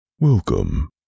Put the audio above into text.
Welcome